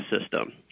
system